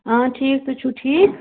آ ٹھیٖک تُہۍ چھُو ٹھیٖک